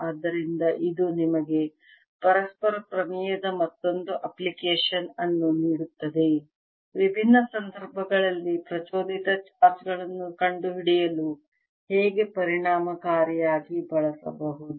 ಆದ್ದರಿಂದ ಇದು ನಿಮಗೆ ಪರಸ್ಪರ ಪ್ರಮೇಯದ ಮತ್ತೊಂದು ಅಪ್ಲಿಕೇಶನ್ ಅನ್ನು ನೀಡುತ್ತದೆ ವಿಭಿನ್ನ ಸಂದರ್ಭಗಳಲ್ಲಿ ಪ್ರಚೋದಿತ ಚಾರ್ಜ್ ಗಳನ್ನು ಕಂಡುಹಿಡಿಯಲು ಹೇಗೆ ಪರಿಣಾಮಕಾರಿಯಾಗಿ ಬಳಸಬಹುದು